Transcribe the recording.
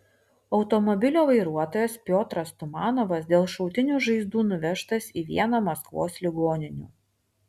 automobilio vairuotojas piotras tumanovas dėl šautinių žaizdų nuvežtas į vieną maskvos ligoninių